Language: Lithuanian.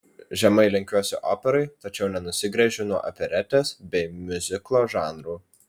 žemai lenkiuosi operai tačiau nenusigręžiu nuo operetės bei miuziklo žanrų